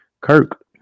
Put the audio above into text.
Kirk